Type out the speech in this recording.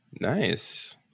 Nice